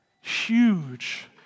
huge